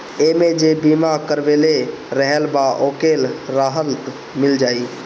एमे जे बीमा करवले रहल बा ओके राहत मिल जाई